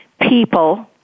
people